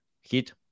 hit